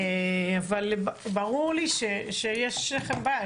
אבל ברור לי שיש לכם בעיה.